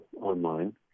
online